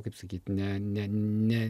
kaip sakyti ne ne ne